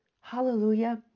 Hallelujah